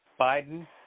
Biden